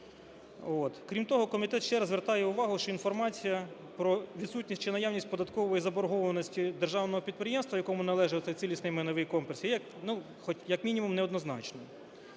Крім того, комітет ще раз звертає увагу, що інформація про відсутність чи наявність податкової заборгованості державного підприємства, якому належить цей цілісний майновий комплекс, є, як мінімум, неоднозначною.